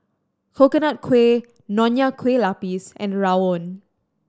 Coconut Kuih Nonya Kueh Lapis and rawon